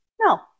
No